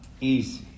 easy